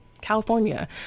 california